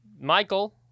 Michael